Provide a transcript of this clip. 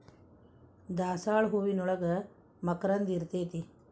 ದಾಸಾಳ ಹೂವಿನೋಳಗ ಮಕರಂದ ಇರ್ತೈತಿ